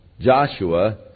Joshua